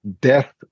death